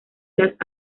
las